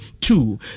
two